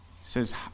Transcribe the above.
says